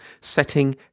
setting